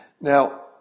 Now